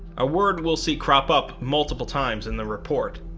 a word we'll see crop up multiple times in the report.